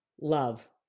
Love